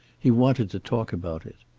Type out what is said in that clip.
he wanted to talk about it.